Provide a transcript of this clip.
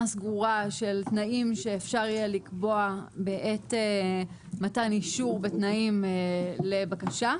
סגורה של תנאים שאפשר יהיה לקבוע בעת מתן אישור בתנאים לבקשה.